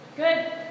Good